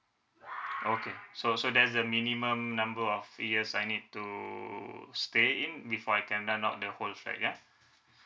okay so so that's the minimum number of years I need to stay in before I can rent out the whole flat ya